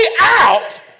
out